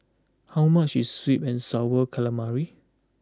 how much is Sweet and Sour Calamari